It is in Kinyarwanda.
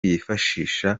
yifashisha